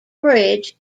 bridge